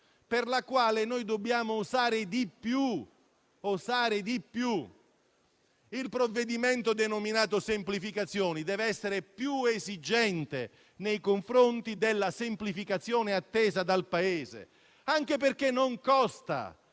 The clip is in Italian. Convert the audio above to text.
per la quale noi dobbiamo osare di più. Il provvedimento denominato «semplificazioni» deve essere più esigente nei confronti della semplificazione attesa dal Paese, anche perché la